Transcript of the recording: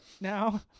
now